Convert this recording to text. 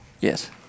yes